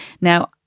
Now